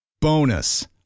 Bonus